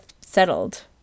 settled